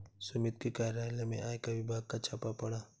सुमित के कार्यालय में आयकर विभाग का छापा पड़ा